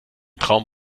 traum